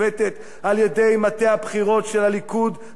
על-ידי מטה הבחירות של הליכוד ביתנו,